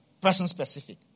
person-specific